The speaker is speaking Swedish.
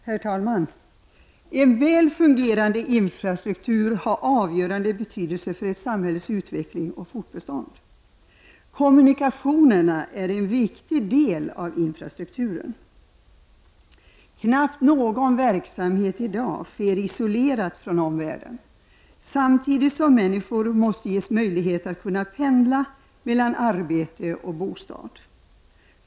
Herr talman! En väl fungerande infrastruktur har avgörande betydelse för ett samhälles utveckling och fortbestånd. Kommunikationerna är en viktig del av infrastrukturen. Knappast någon verksamhet sker isolerad från omvärlden — samtidigt som människor måste ges möjlighet att kunna pendla mellan arbete och bostad.